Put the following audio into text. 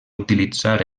utilitzar